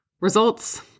Results